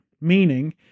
meaning